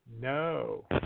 No